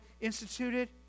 instituted